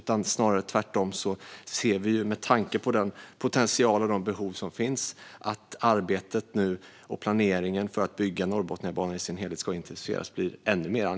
Vi ser tvärtom, med tanke på den potential och de behov som finns, att det blir ännu mer angeläget att arbetet och planeringen för att bygga Norrbotniabanan i sin helhet intensifieras.